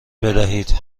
بدهید